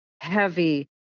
heavy